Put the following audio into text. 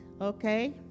okay